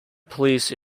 police